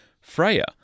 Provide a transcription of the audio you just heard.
Freya